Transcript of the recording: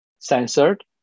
censored